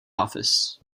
office